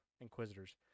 inquisitors